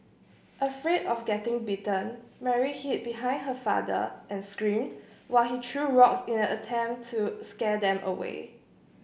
afraid of getting bitten Mary hid behind her father and screamed while he threw rocks in an attempt to scare them away